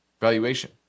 Valuation